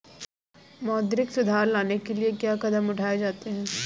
मौद्रिक सुधार लाने के लिए क्या कदम उठाए जाते हैं